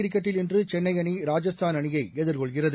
கிரிக்கெட்டில் இன்று சென்னை அணி ராஜஸ்தான் அணியை எதிர்கொள்கிறது